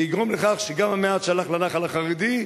זה יגרום לכך שגם המעט שהלך לנח"ל החרדי,